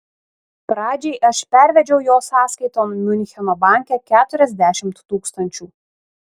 pradžiai aš pervedžiau jo sąskaiton miuncheno banke keturiasdešimt tūkstančių